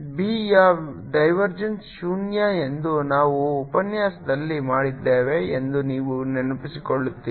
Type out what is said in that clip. B ಯ divergence ಶೂನ್ಯ ಎಂದು ನಾವು ಉಪನ್ಯಾಸದಲ್ಲಿ ಮಾಡಿದ್ದೇವೆ ಎಂದು ನೀವು ನೆನಪಿಸಿಕೊಳ್ಳುತ್ತೀರಿ